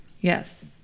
Yes